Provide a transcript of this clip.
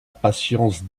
patience